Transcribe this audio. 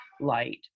light